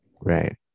right